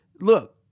Look